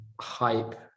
hype